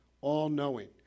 all-knowing